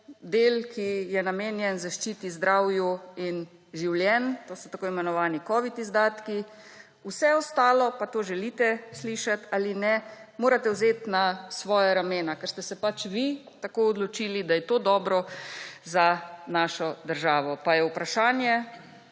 del, ki je namenjen zaščiti zdravju in življenj, to so tako imenovani covid izdatki; vse ostalo, pa to želite slišati ali ne, morate vzeti na svoja ramena, ker ste se pač vi tako odločili, da je to dobro za našo državo. Pa je vprašanje,